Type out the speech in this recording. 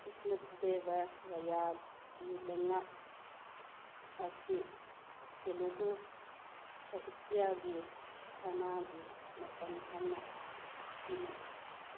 ꯀ꯭ꯔꯤꯁꯅꯥ ꯗꯦꯕ ꯔꯥꯏꯌꯥꯒꯤ ꯂꯩꯉꯥꯛ ꯑꯁꯤ ꯇꯦꯂꯨꯒꯨ ꯁꯥꯍꯤꯇ꯭ꯌꯥꯒꯤ ꯁꯅꯥꯒꯤ ꯃꯇꯝ ꯍꯥꯏꯅ ꯈꯪꯅꯩ